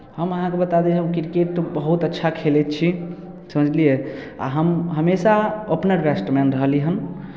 हम अहाँकेँ बता दी हम क्रिकेट बहुत अच्छा खेलै छी समझलियै आ हम हमेशा ओपनर बैट्समैन रहली हन